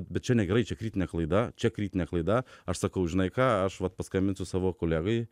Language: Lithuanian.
bet čia negerai čia kritinė klaida čia kritinė klaida aš sakau žinai ką aš vat paskambinsiu savo kolegai